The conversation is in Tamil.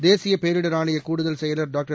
தேசிய பேரிடர் ஆணைய கூடுதல் செயலர் டாக்டர்